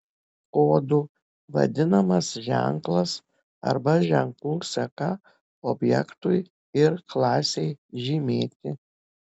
kodu vadinamas ženklas arba ženklų seka objektui ir klasei žymėti